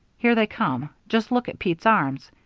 here they come just look at pete's arms!